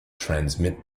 transmit